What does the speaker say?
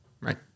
right